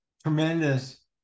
tremendous